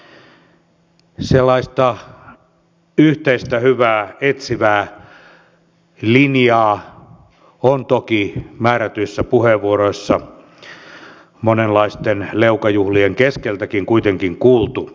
sellaista yhteistä hyvää etsivää linjaa on toki määrätyissä puheenvuoroissa monenlaisten leukajuhlien keskeltäkin kuitenkin kuultu